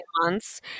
months